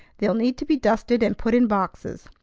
they'll need to be dusted and put in boxes.